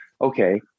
okay